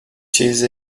چیز